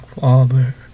father